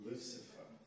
Lucifer